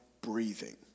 breathing